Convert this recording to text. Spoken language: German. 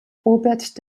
robert